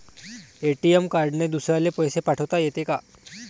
ATM कार्डने दुसऱ्याले पैसे पाठोता येते का?